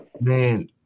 man